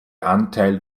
anteil